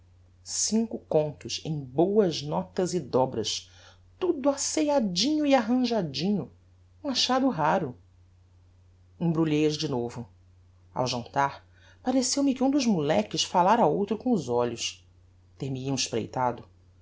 cinco contos em boas notas e dobras tudo aceiadinho e arranjadinho um achado raro embrulhei as de novo ao jantar pareceu-me que um dos moleques falara a outro com os olhos ter me iam espreitado